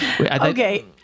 okay